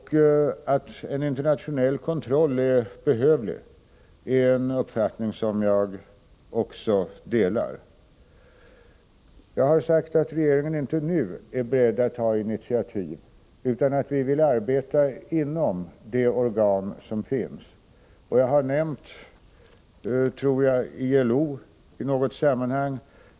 Att en internationell kontroll är behövlig är en uppfattning som jag också delar. Jag har sagt att regeringen inte nu är beredd att ta intitiativ utan att vi vill arbeta inom de organ som finns. Jag har nämnt, tror jag, ILO i något sammanhang.